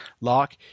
lock